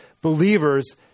believers